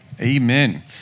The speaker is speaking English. Amen